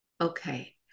Okay